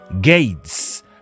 Gates